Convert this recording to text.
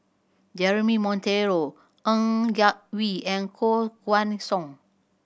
Jeremy Monteiro Ng Yak Whee and Koh Guan Song